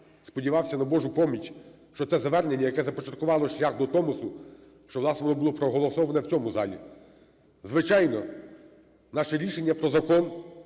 сподівався на Божу поміч, що це звернення, яке започаткувало шлях до Томосу, що, власне, воно було проголосовано в цьому залі. Звичайно, наше рішення про Закон